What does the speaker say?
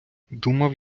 думав